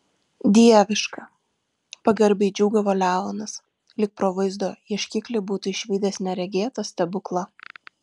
dieviška pagarbiai džiūgavo leonas lyg pro vaizdo ieškiklį būtų išvydęs neregėtą stebuklą